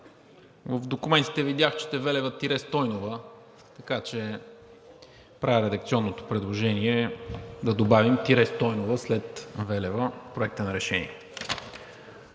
в документите видях, че е Велева-Стойнова, така че правя редакционното предложение да добавим „Стойнова“ след Велева в Проекта на решение.